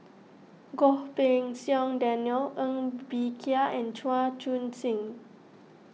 Goh Pei Siong Daniel Ng Bee Kia and Chan Chun Sing